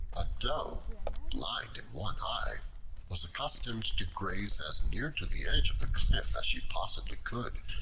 a doe blind in one eye was accustomed to graze as near to the edge of the cliff as she possibly could,